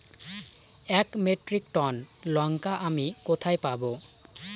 এক metric ton লঙ্কা আমি কোথায় পাবো?